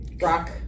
rock